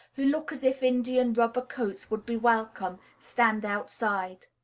who look as if india-rubber coats would be welcome, stand outside.